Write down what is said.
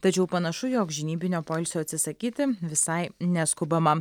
tačiau panašu jog žinybinio poilsio atsisakyti visai neskubama